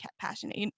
passionate